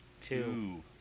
Two